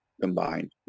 combined